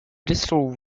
distal